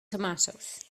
tomatoes